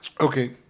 Okay